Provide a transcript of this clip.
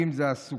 ואם זה הסוכר,